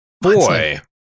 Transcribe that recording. boy